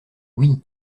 oui